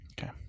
Okay